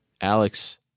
Alex